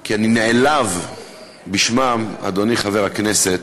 כי אני נעלב בשמם, אדוני חבר הכנסת.